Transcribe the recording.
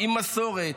עם מסורת,